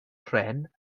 pren